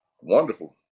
Wonderful